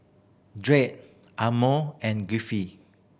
Drake Ammon and Griffith